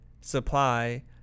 supply